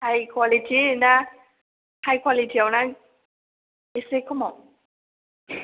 high quality ना high कवालिटिआव ना एसे खमाव